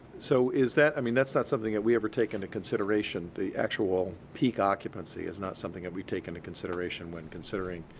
so, is that i mean, that's not something that we ever take into consideration, the actual peak occupancy is not something that we take into consideration when considering